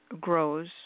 grows